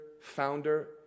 founder